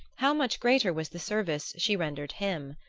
how much greater was the service she rendered him!